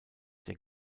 der